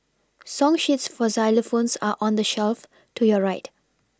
song sheets for xylophones are on the shelf to your right